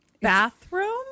bathroom